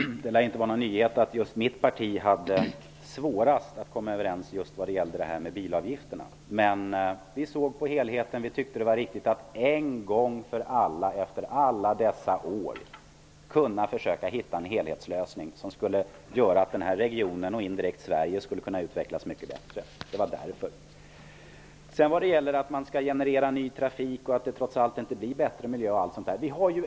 Herr talman! Det lär inte vara någon nyhet att det var svårast för just mitt parti att komma överens när det gällde bilavgifterna. Men vi såg till helheten och tyckte att det var riktigt att en gång för alla, efter alla dessa år, försöka hitta en helhetslösning, som skulle göra att regionen och indirekt Sverige kunde utvecklas mycket bättre. Det påstås att dessa projekt genererar mer trafik och att miljön trots allt inte blir bättre.